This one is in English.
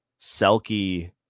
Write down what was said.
selkie